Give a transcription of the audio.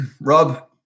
Rob